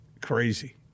crazy